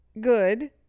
good